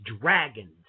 dragons